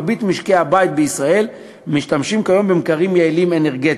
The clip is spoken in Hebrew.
מרבית משקי הבית בישראל משתמשים כיום במקררים יעילים אנרגטית.